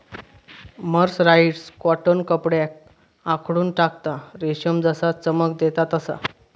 mercerised cotton कपड्याक आखडून टाकता, रेशम जसा चमक देता तसा